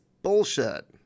Bullshit